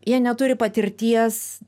jie neturi patirties